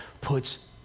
puts